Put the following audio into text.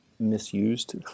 misused